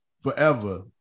forever